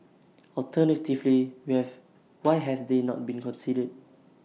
alternatively we have why have they not been considered